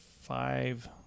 five